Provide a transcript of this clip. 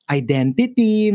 identity